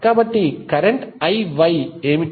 కాబట్టి current IY ఏమిటి